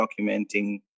documenting